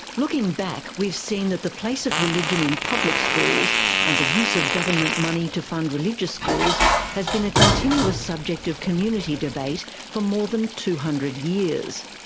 looking back, we've seen that place of religion in public schools and the use of government money to fund religious schools has been a continuous subject of community debate for more than two hundred years.